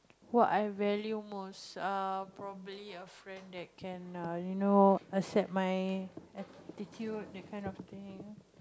what I value most err probably a friend that can err you know accept my attitude that kind of thing